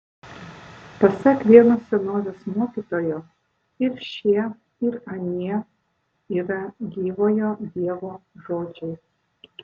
pasak vieno senovės mokytojo ir šie ir anie yra gyvojo dievo žodžiai